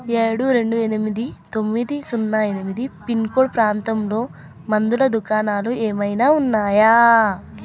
ఏడు రెండు ఎనిమిది తొమ్మిది సున్నా ఎనిమిది పిన్కోడ్ ప్రాంతంలో మందుల దుకాణాలు ఏమైనా ఉన్నాయా